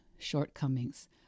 shortcomings